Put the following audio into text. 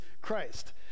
Christ